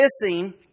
missing